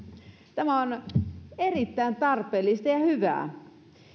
tämä on erittäin tarpeellista ja hyvää